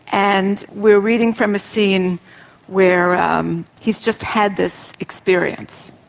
and we're reading from a scene where um he's just had this experience.